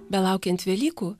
belaukiant velykų